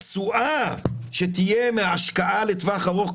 התשואה שתהיה מההשקעה לטווח ארוך,